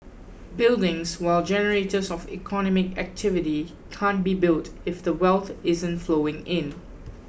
buildings while generators of economic activity can't be built if the wealth isn't flowing in